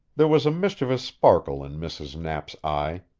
there was a mischievous sparkle in mrs. knapp's eye,